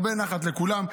הרבה נחת לכולם.